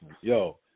yo